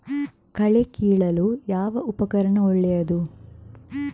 ಕಳೆ ಕೀಳಲು ಯಾವ ಉಪಕರಣ ಒಳ್ಳೆಯದು?